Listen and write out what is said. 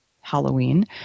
Halloween